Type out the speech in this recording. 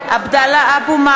(קוראת בשמות חברי הכנסת) עבדאללה אבו מערוף,